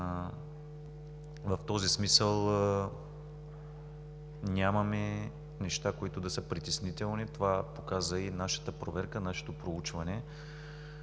В този смисъл нямаме неща, които да са притеснителни. Това показа и нашата проверка, нашето проучване.